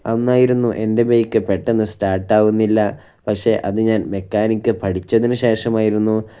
അന്നായിരുന്നു എൻ്റെ ബൈക്ക് പെട്ടെന്ന് സ്റ്റാർട്ടാകുന്നില്ല പക്ഷെ അത് ഞാൻ മെക്കാനിക് പഠിച്ചതിന് ശേഷമായിരുന്നു